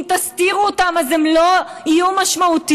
אם תסתירו אותם אז הם לא יהיו משמעותיים?